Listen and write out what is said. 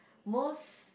most